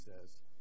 says